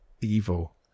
evil